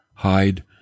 hide